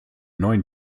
neuen